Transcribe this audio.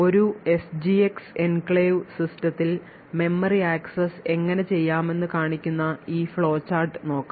ഒരു SGX enclave സിസ്റ്റത്തിൽ memory access എങ്ങനെ ചെയ്യാമെന്ന് കാണിക്കുന്ന ഈ ഫ്ലോ ചാർട്ട് നോക്കാം